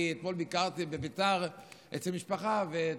אתמול ביקרתי אצל משפחה בביתר,